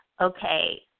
okay